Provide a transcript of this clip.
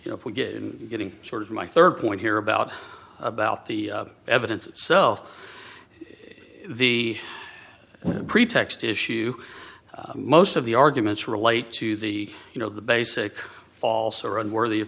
that if we get in getting sort of my third point here about about the evidence itself the pretext issue most of the arguments relate to the you know the basic false are unworthy of